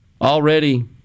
already